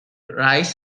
raises